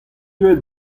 deuet